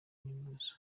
n’ibibazo